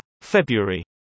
February